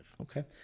Okay